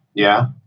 yeah?